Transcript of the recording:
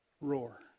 roar